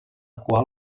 qual